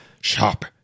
Shop